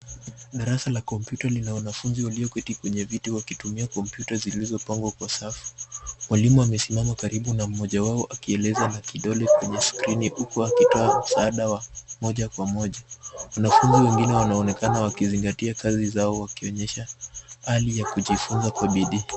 Darasa la kompyuta lina wanafunzi walioketi kwenye viti wakitumia kompyuta zilizopangwa kwa safu. Mwalimu amesimama karibu na mmoja wao akieleza na kidole kwenye skrini huku akitoa msaada wa moja kwa moja. Wanafunzi wengine wanaonekana wakizingatia kazi zao wakionyesha hali ya kujifunza kwa bidii.